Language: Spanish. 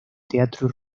teatro